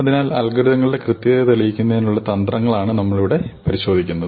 അതിനാൽ അൽഗോരിതംസിന്റെ കൃത്യത തെളിയിക്കുന്നതിനുള്ള തന്ത്രങ്ങൾ ആണ് നമ്മൾ ഇവിടെ പരിശോധിക്കുന്നത്